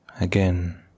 again